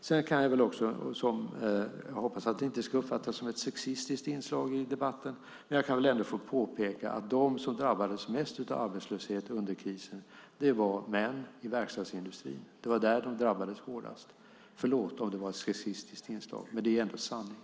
Sedan kan jag väl få påpeka - jag hoppas att det inte ska uppfattas som ett sexistiskt inslag i debatten - att de som drabbades mest av arbetslöshet under krisen var män i verkstadsindustrin. Det var de som drabbades hårdast. Förlåt om det var ett sexistiskt inslag, men det är ändå sanningen.